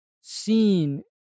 seen